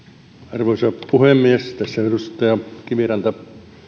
arvoisa puhemies tässä edustaja kiviranta